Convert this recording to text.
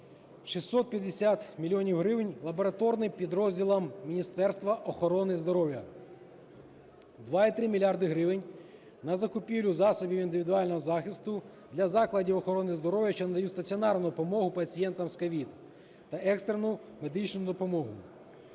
гривень – лабораторним підрозділам Міністерства охорони здоров'я, 2,3 мільярда гривень – на закупівлю засобів індивідуального захисту для закладів охорони здоров'я, що надають стаціонарну допомогу пацієнтам з COVID та екстрену медичну допомогу.